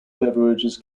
beverages